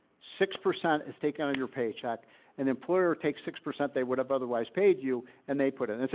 six percent is taken out of your paycheck and employer takes six percent they would have otherwise paid you and they put it.